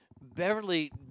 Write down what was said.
Beverly